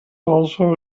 also